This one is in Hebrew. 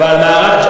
לא בטוח.